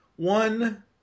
One